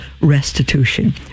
restitution